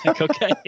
okay